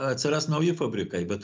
atsiras nauji fabrikai bet